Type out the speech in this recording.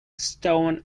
stone